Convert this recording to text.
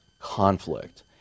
conflict